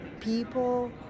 people